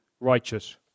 righteous